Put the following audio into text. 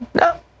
No